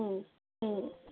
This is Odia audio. ହଁ ହୁଁ